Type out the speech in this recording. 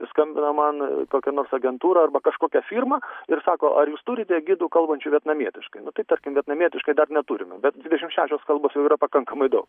skambina man kokia nors agentūra arba kažkokia firma ir sako ar jūs turite gidų kalbančių vietnamietiškai nu tai tarkim vietnamietiškai dar neturime bet dvidešimt šešios kalbos jau yra pakankamai daug